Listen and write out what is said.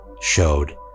showed